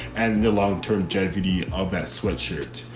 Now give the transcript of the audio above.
and the long term jet beauty of that sweatshirt.